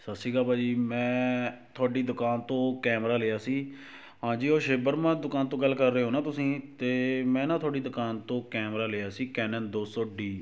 ਸਤਿ ਸ਼੍ਰੀ ਅਕਾਲ ਭਾਜੀ ਮੈਂ ਤੁਹਾਡੀ ਦੁਕਾਨ ਤੋਂ ਕੈਮਰਾ ਲਿਆ ਸੀ ਹਾਂਜੀ ਉਹ ਸ਼ਿਵ ਵਰਮਾ ਦੁਕਾਨ ਤੋਂ ਗੱਲ ਕਰ ਰਹੇ ਹੋ ਨਾ ਤੁਸੀਂ ਤੇ ਮੈਂ ਨਾ ਤੁਹਾਡੀ ਦੁਕਾਨ ਤੋਂ ਕੈਮਰਾ ਲਿਆ ਸੀ ਕੈਨਨ ਦੋ ਸੌ ਡੀ